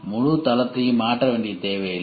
முழு தளத்தையும் மாற்ற தேவையில்லை